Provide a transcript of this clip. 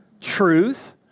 truth